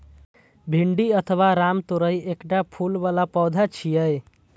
भिंडी अथवा रामतोरइ एकटा फूल बला पौधा छियै